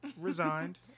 Resigned